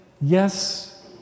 yes